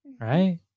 right